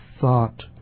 thought